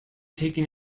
taken